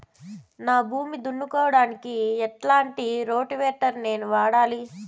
నా భూమి దున్నుకోవడానికి ఎట్లాంటి రోటివేటర్ ని నేను వాడాలి?